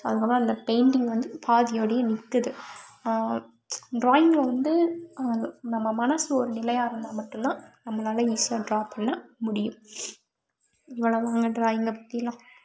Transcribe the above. so அதுக்கு அப்புறோம் அந்த பெயிண்டிங் வந்து பாதியோடையே நிற்குது ட்ராயிங்கில் வந்து நம்ம மனசு ஒருநிலையாக இருந்தால் மட்டுந்தான் நம்மளால் ஈசியாக ட்ரா பண்ண முடியும் இவ்வளோ தாங்க ட்ராயிங்க பற்றியிலாம்